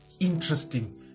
interesting